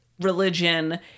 religion